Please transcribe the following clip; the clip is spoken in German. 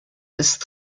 ist